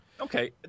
Okay